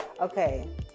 Okay